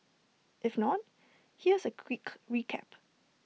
if not here's A quick recap